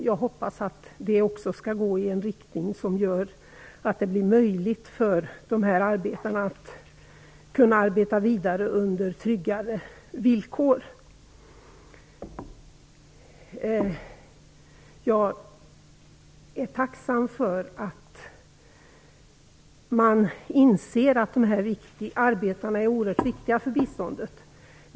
Jag hoppas att det också skall gå i en riktning som gör att det blir möjligt för de här arbetarna att arbeta vidare på tryggare villkor. Jag är tacksam för att man inser att de här arbetarna är oerhört viktiga för biståndet.